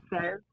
says